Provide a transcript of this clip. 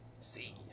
See